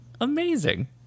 Amazing